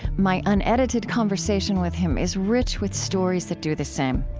my unedited conversation with him is rich with stories that do the same,